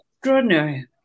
extraordinary